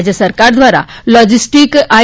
રાજ્ય સરકાર દ્વારા લોજીસ્ટીક આઈ